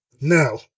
Now